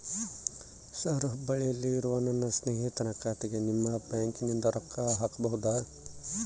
Sir ಹುಬ್ಬಳ್ಳಿಯಲ್ಲಿ ಇರುವ ನನ್ನ ಸ್ನೇಹಿತನ ಖಾತೆಗೆ ನಿಮ್ಮ ಬ್ಯಾಂಕಿನಿಂದ ರೊಕ್ಕ ಹಾಕಬಹುದಾ?